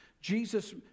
Jesus